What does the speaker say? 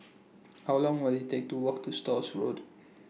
How Long Will IT Take to Walk to Stores Road